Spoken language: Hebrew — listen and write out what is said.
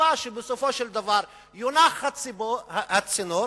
בתקווה שבסופו של דבר יונח הצינור,